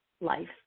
life